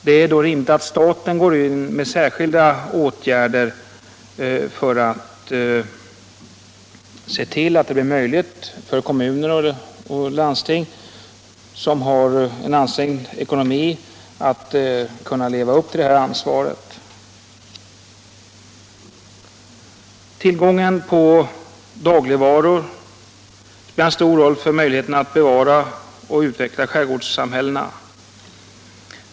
Det är då rimligt att staten går in med särskilda åtgärder för att se till att det blir möjligt för kommuner och landsting, som har en ansträngd ekonomi, att leva upp till sitt ansvar. Tillgången på dagligvaror spelar stor roll för möjligheterna att bevara och utveckla skärgårdssamhällena.